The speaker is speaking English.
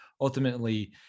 ultimately